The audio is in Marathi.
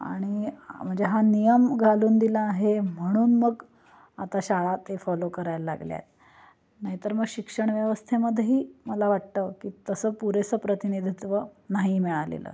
आणि म्हणजे हा नियम घालून दिला आहे म्हणून मग आता शाळा ते फॉलो करायला लागले आहेत नाहीतर मग शिक्षण व्यवस्थेमध्येही मला वाटतं की तसं पुरेसं प्रतिनिधित्व नाही मिळालेलं